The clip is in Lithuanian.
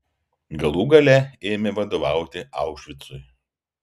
galų gale ėmė vadovauti aušvicui